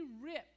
ripped